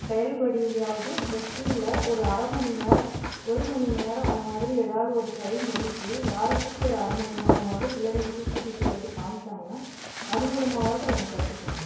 செயல் வடிவுலயாவது இந்த ஸ்கூலில் ஒரு அரைமணி நேரம் ஒரு மணி நேரம் அந்தமாதிரி ஏதாவது ஒரு டைம் ஒதுக்கி வாரத்துக்கு ஒரு அரைமணி நேரமாது பிள்ளைங்களுக்கு கூட்டிகிட்டு போயிட்டு காமிச்சாங்கன்னா அது மூலமாவாவது அவங்க கற்றுக்குவாங்க